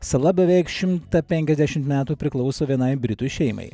sala beveik šimtą penkiasdešimt metų priklauso vienai britų šeimai